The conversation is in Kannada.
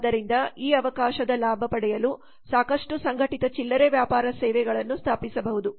ಆದ್ದರಿಂದ ಈ ಅವಕಾಶದ ಲಾಭ ಪಡೆಯಲು ಸಾಕಷ್ಟು ಸಂಘಟಿತ ಚಿಲ್ಲರೆ ವ್ಯಾಪಾರ ಸೇವೆಗಳನ್ನು ಸ್ಥಾಪಿಸಬಹುದು